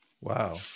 Wow